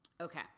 Okay